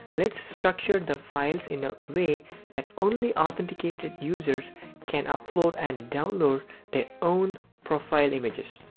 lets structure the files in a way that only authenticated users can upload and download their own profile images.